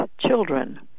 children